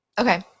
Okay